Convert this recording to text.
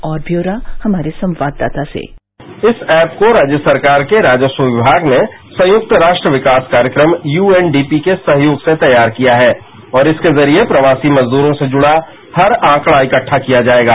और ब्यौरा हमारे संवाददाता से इस ऐप को राज्य सरकार के राजस्व विभाग ने संयुक्त राष्ट्र विकास कार्यक्रम यूएनडीपी के सहयोग से तैयार किया है और इसके जरिए प्रवासी मजदूरों से जुड़ा हर आंकड़ा इकद्वा किया जाएगा